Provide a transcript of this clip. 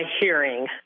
hearing